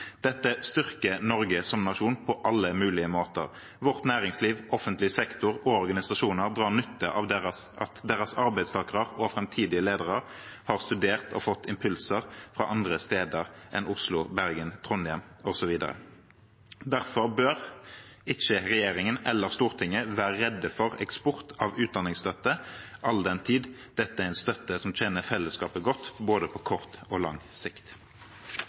Dette styrker Norge som nasjon på alle mulige måter. Vårt næringsliv, offentlig sektor og organisasjoner drar nytte av at deres arbeidstakere og framtidige ledere har studert og fått impulser fra andre steder enn Oslo, Bergen, Trondheim osv. Derfor bør ikke regjeringen eller Stortinget være redd for eksport av utdanningsstøtte, all den tid dette er en støtte som tjener fellesskapet godt, både på kort og på lang sikt.